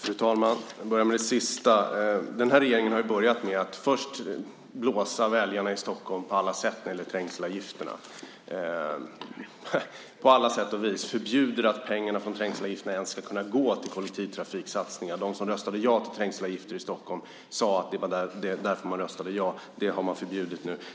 Fru talman! Jag börjar med det sista. Den nuvarande regeringen har ju börjat med att först blåsa väljarna i Stockholm på alla sätt när det gäller trängselavgifterna. Man förbjuder att pengarna från trängselavgifterna ska kunna gå till kollektivtrafiksatsningar. De som röstade ja till trängselavgifter i Stockholm sade att man gjorde det för kollektivtrafiksatsningarna. Detta har man nu förbjudit.